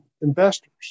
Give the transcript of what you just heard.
investors